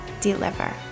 deliver